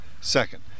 Second